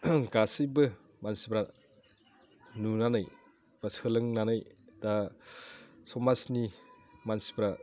गासैबो मानसिफ्रा नुनानै बा सोलोंनानै दा समाजनि मानसिफोरा